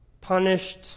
punished